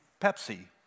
Pepsi